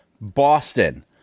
boston